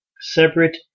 separate